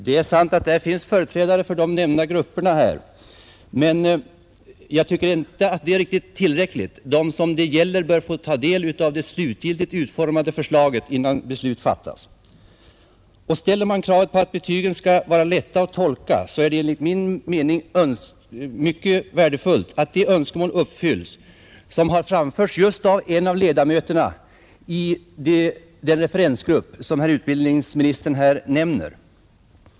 Fru talman! Det är sant att företrädare för de nämnda grupperna ingår i referensgruppen, men det är inte tillräckligt. De som det gäller bör få ta del av det utformade förslaget innan beslut fattas. Ställer man krav på att betygen skall vara lätta att tolka är det enligt min mening mycket värdefullt att de fem önskemål uppfylls som framställts just av en av ledamöterna i den referensgrupp som utbildningsministern nämnde.